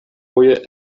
foje